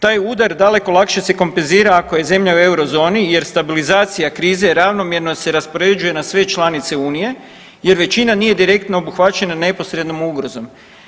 Taj udar daleko lakše se kompenzira ako je zemlja u euro zoni, jer stabilizacija krize ravnomjerno se raspoređuje na sve članice Unije, jer većina nije direktno obuhvaćena neposrednom ugrozom.